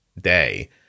day